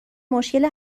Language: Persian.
مشکل